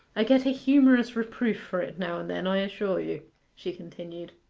i get a humorous reproof for it now and then, i assure you she continued.